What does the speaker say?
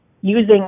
using